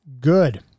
good